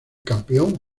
campeón